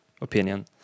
opinion